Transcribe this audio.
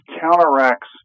counteracts